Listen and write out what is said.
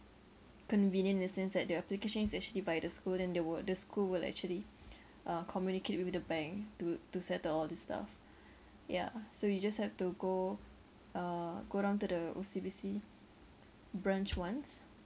convenient in a sense that the application is actually by the school then they will the school will actually uh communicate with the bank to to settle all these stuff yeah so you just have to go uh go down to the O_C_B_C branch once